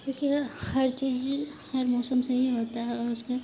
क्योंकि हर चीज हर मौसम से हीं होता है और उसे